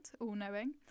all-knowing